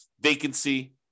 vacancy